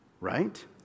Right